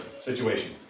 situation